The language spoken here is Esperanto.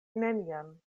nenian